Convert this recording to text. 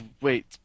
Wait